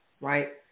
right